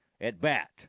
at-bat